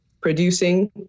producing